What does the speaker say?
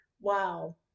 Wow